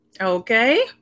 Okay